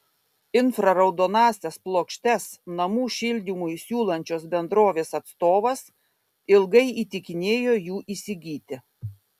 infraraudonąsias plokštes namų šildymui siūlančios bendrovės atstovas ilgai įtikinėjo jų įsigyti